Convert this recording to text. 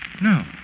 No